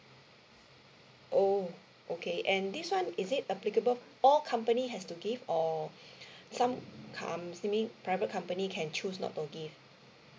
oh okay and this one is it applicable all company has to give or some com~ that mean private company can choose not to give